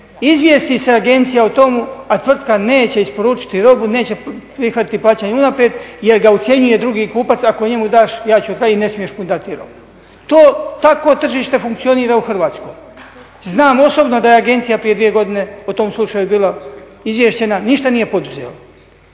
izvijesti se agencija o tome, a tvrtka neće isporučiti robu, neće prihvatiti plaćanje unaprijed jer ga ucjenjuje drugi kupac ako njemu daš, ja ću otkazati, ne smiješ mu dati robu. Tako tržište funkcionira u Hrvatskoj. Znam osobno da je agencija prije dvije godine o tom slučaju bila izvještena, ništa nije poduzela.